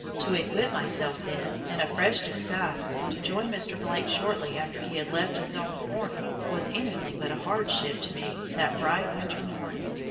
to equip myself, then, in a fresh disguise and to join mr. blake shortly after he had left his own corner, was anything but a hardship to me that bright winter morning,